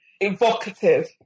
evocative